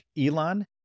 Elon